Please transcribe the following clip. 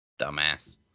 Dumbass